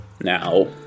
Now